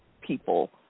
people